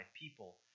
people